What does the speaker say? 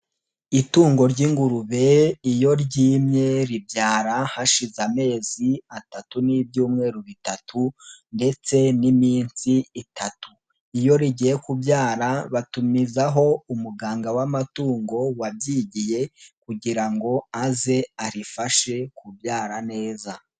Itungo ry'ingurube iyo ryimye ribyara hashize amezi atatu n'ibyumweru bitatu ndetse n'iminsi itatu, iyo rigiye kubyara batumizaho umuganga w'amatungo wabyigiye kugira ngo aze arifashe kubyara neza.